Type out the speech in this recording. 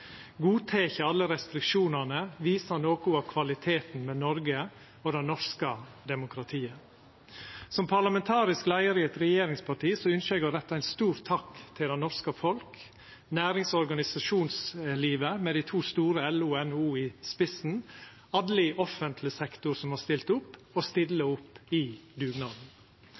godteke alle restriksjonane, viser noko av kvaliteten med Noreg og det norske demokratiet. Som parlamentarisk leiar i eit regjeringsparti ynskjer eg å retta ein stor takk til det norske folk, nærings- og organisasjonslivet, med dei to store, LO og NHO, i spissen, og alle i offentleg sektor som har stilt opp, og stiller opp, i dugnaden.